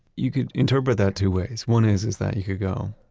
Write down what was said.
you could interpret that two ways. one is is that you could go,